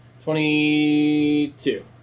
Twenty-two